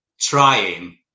trying